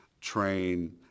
train